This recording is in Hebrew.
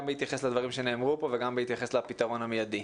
בהתייחס לדברים שנאמרו פה וגם בהתייחס לפתרון המיידי.